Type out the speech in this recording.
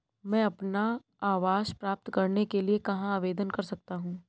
मैं अपना आवास प्राप्त करने के लिए कहाँ आवेदन कर सकता हूँ?